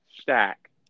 stack